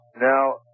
Now